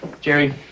Jerry